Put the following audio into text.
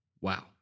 Wow